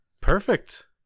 Perfect